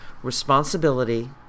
responsibility